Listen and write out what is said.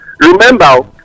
Remember